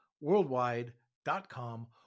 worldwide.com